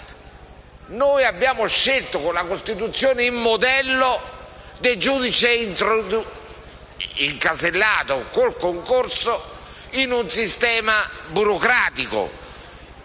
Noi abbiamo scelto, con la Costituzione, il modello del giudice incasellato con il concorso in un sistema burocratico.